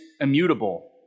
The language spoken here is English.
immutable